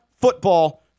football